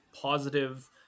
positive